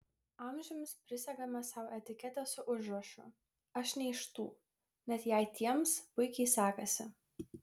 amžiams prisegame sau etiketę su užrašu aš ne iš tų net jei tiems puikiai sekasi